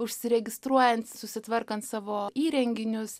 užsiregistruojant susitvarkant savo įrenginius